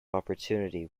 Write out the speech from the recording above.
opportunity